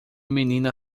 menina